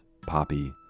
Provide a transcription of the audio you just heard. Poppy